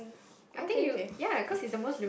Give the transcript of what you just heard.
okay okay